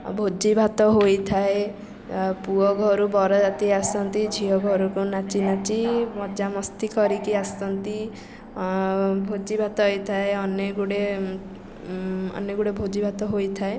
ଆଉ ଭୋଜି ଭାତ ହୋଇଥାଏ ପୁଅ ଘରୁ ବରଯାତ୍ରୀ ଆସନ୍ତି ଝିଅ ଘରକୁ ନାଚି ନାଚି ମଜାମସ୍ତି କରିକି ଆସନ୍ତି ଭୋଜି ଭାତ ହୋଇଥାଏ ଅନେକ ଗୁଡ଼ିଏ ଅନେକ ଗୁଡ଼ିଏ ଭୋଜି ଭାତ ହୋଇଥାଏ